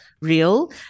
real